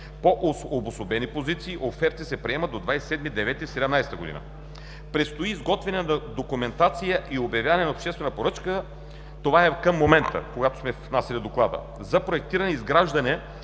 по обособени позиции. Оферти се приемат до 27 септември 2017 г. Предстои изготвяне на документация и обявяване на обществена поръчка – към момента, когато сме внасяли Доклада, за проектиране и изграждане